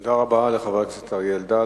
תודה רבה לחבר הכנסת אריה אלדד.